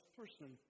person